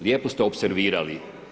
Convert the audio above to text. Lijepo ste opservirali.